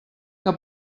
que